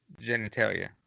genitalia